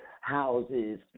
houses